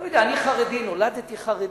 אני לא יודע, אני חרדי, נולדתי חרדי,